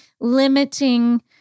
limiting